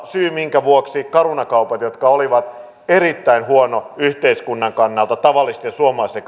syy minkä perusteella caruna kauppoihin jotka olivat erittäin huonot yhteiskunnan kannalta tavallisten suomalaisten